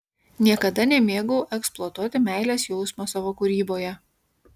niekada nemėgau eksploatuoti meilės jausmo savo kūryboje